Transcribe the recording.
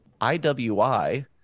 IWI